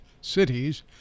cities